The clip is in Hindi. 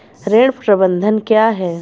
ऋण प्रबंधन क्या है?